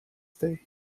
day